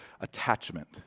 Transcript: attachment